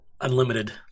unlimited